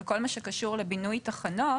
אבל כל מה שקשור לבינוי תחנות,